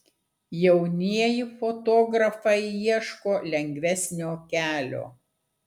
jaunieji fotografai ieško lengvesnio kelio